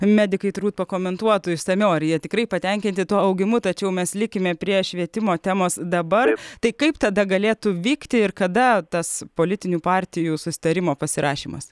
medikai turbūt pakomentuotų išsamiau ar jie tikrai patenkinti tuo augimu tačiau mes likime prie švietimo temos dabar tai kaip tada galėtų vykti ir kada tas politinių partijų susitarimo pasirašymas